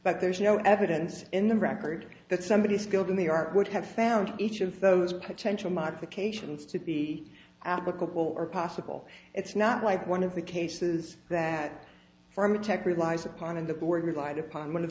but there's no evidence in the record that somebody skilled in the art would have found each of those potential modifications to be applicable or possible it's not like one of the cases that from a tech relies upon and the board relied upon one